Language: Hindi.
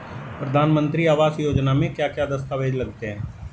प्रधानमंत्री आवास योजना में क्या क्या दस्तावेज लगते हैं?